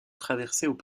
traversaient